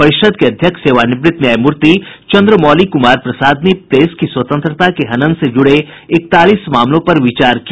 परिषद के अध्यक्ष सेवानिवृत्त न्यायमूर्ति चंद्रमौली कुमार प्रसाद ने प्रेस की स्वतंत्रता के हनन से जुड़ें इकतालीस मामलों पर विचार किया